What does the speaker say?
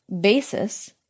BASIS